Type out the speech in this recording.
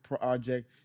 project